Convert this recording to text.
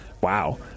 Wow